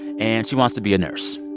and she wants to be a nurse.